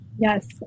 Yes